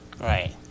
Right